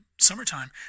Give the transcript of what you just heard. summertime